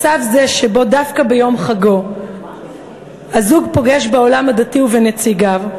מצב זה שבו דווקא ביום חגו הזוג פוגש בעולם הדתי ובנציגיו,